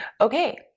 Okay